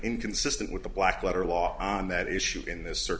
inconsistent with the black letter law on that issue in this